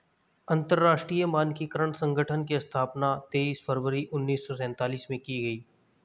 अंतरराष्ट्रीय मानकीकरण संगठन की स्थापना तेईस फरवरी उन्नीस सौ सेंतालीस में की गई